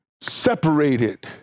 separated